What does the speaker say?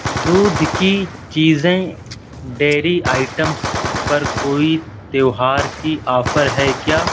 دودھ کی چیزیں ڈیری آئٹمس پر کوئی تیوہار کی آفر ہے کیا